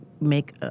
make